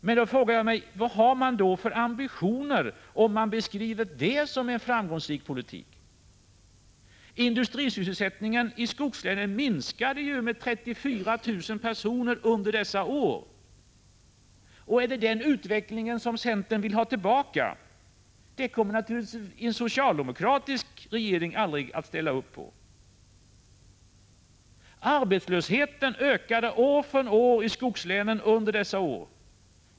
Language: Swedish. Men då frågar jag mig: Vilka ambitioner har man, om man beskriver detta som en framgångsrik politik? Industrisysselsättningen i skogslänen minskade ju med 34 000 personer under dessa år. Är det den utvecklingen som centern vill ha tillbaka? Något sådant kommer en socialdemokratisk regering naturligtvis aldrig att ställa upp på. Arbetslösheten ökade år från år i skogslänen under denna period.